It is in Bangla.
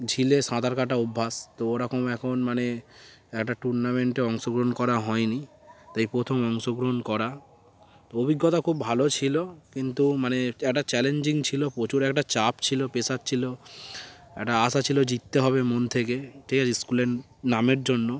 ঝিলে সাঁতার কাটা অভ্যাস তো ওরকম এখন মানে একটা টুর্নামেন্টে অংশগ্রহণ করা হয়নি তাই প্রথমে অংশগ্রহণ করা তো অভিজ্ঞতা খুব ভালো ছিল কিন্তু মানে একটা চ্যালেঞ্জিং ছিল প্রচুর একটা চাপ ছিল প্রেশার ছিল একটা আশা ছিলো জিততে হবে মন থেকে ঠিক আছে স্কুলের নামের জন্য